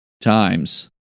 times